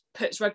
puts